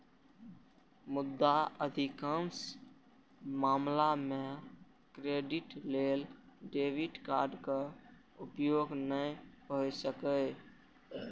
मुदा अधिकांश मामला मे क्रेडिट लेल डेबिट कार्डक उपयोग नै भए सकैए